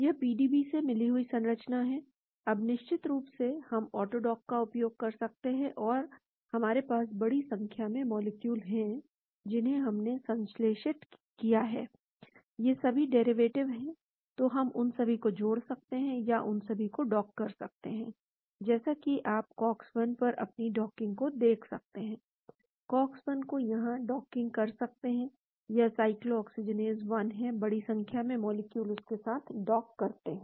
यह PDB से मिली हुई संरचना है अब निश्चित रूप से हम ऑटो डॉक का उपयोग कर सकते हैं और हमारे पास बड़ी संख्या में मॉलिक्यूल हैं जिन्हें हमने संश्लेषित किया है ये सभी डेरिवेटिव हैं तो हम उन सभी को जोड़ सकते हैं या उन सभी को डॉक कर सकते हैं जैसा कि आप कॉक्स 1 पर अपनी डॉकिंग को देख सकते हैं कॉक्स 1 को यहां डॉकिंग कर सकते हैं यह साइक्लोऑक्सीजिनेज 1 है बड़ी संख्या में मॉलिक्यूल उसके साथ डॉक करते हैं